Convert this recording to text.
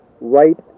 right